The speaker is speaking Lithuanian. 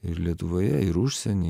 ir lietuvoje ir užsieny